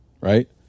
right